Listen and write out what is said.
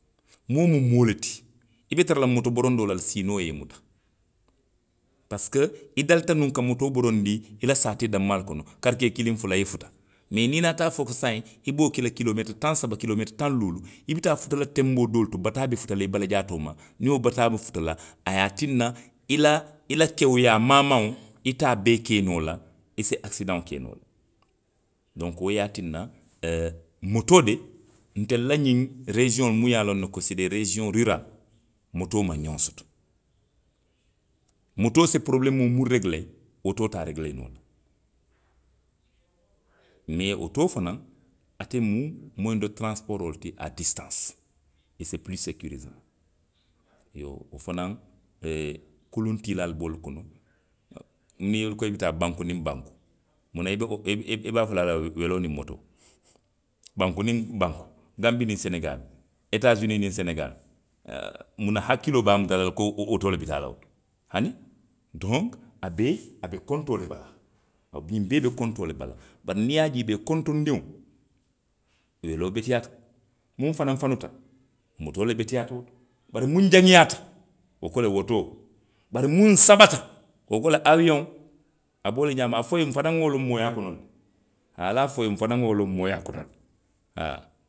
Moo mu moo le ti. I be tara moto borondoo la le siinoo ye i muta. Parisiko i dalita nuŋ ka motoo borondi i la saatee danmaa le kono, karicee kiliŋ, fula, i ye futa. Mee niŋ i naata a fo saayiŋ i be wo ke la kilomeetiri taŋ saba, kilomeetiri taŋ luulu. i bi taa futa la tenboo doo le to bataa be futa la i balajaatoo ma. niŋ wo bataa niŋ wo bataa be futa la. a ye a tinna, i la, i la kewuyaa maamaŋo, ite a bee ke noo la. I se akisidaŋo ke noo le. Donku wo ye a tinna, ee motoo de. ntelu la ňiŋ reesiyoŋolu muŋ ye a loŋ ne ko se dee reesiyoŋ riiraali, motoo maŋ ňoŋo soto. Motoo se porobuleemoo muŋ reegilee, otoo te a reegilee noo la. Mee otoo fanaŋ. ate mu moweŋ do taransipooroo le ti aa disitansi, e se pilii sekiirisaŋ iyoo wo fanaŋ, kuluŋ tiilaalu be wolu kono, a, niŋ i i ko bi taa banku niŋ banku. munaŋ i be otoo, i be, i be a fo la, weloo niŋ otoo. Banku niŋ banku. ganbii niŋ senegaali. etaa suni niŋ senegaali. munaŋ hakkiloo be a muta la le ko o, otoo le bi taa la woto. Hani, donku. a be, a be kontoo le bala, a be, ňiŋ bee be kontoo le bala. Bari niŋ i ye a juubee, kontindiŋo, weloo beteyaata. muŋ fanaŋ fanuta. motoo le beteyaata wo to, bari muŋ jawayaata. wo ko le otoo. bari muŋ sabata. wo ko le aawiyoŋo, a be wo le ňaama. a fo i ye nfanaŋ nŋa wo loŋ mooyaa kono le. Ali a fo i ye nfanaŋ nŋa wo loŋ mooyaa kono le, haa.